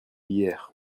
hier